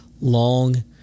long